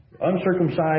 uncircumcised